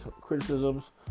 criticisms